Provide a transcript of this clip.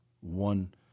one